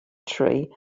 tree